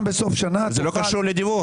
בסוף שנה --- אבל זה לא קשור לדיווח.